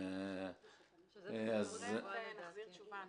נחזיר תשובה.